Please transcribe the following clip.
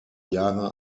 jahre